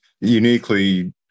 uniquely